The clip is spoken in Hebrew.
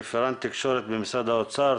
רפרנט תקשורת במשרד האוצר,